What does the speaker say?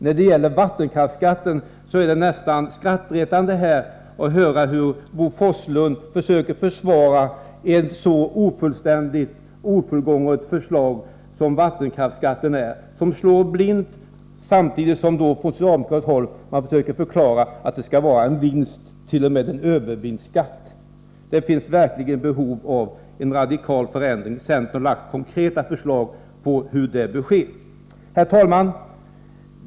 När det gäller vattenkraftsskatten är det nästan skrattretande att höra hur Bo Forslund försöker försvara ett så ofullständigt och ofullkommet förslag som det rörande vattenkraftsskatten. En sådan skatteförändring skulle slå blint — och samtidigt försöker man på socialdemokratiskt håll förklara att det skall vara en vinstskatt, ja, till och med en övervinstskatt. Det finns verkligen behov av en radikal förändring. Centern har lagt konkreta förslag till hur det bör ske. Herr talman!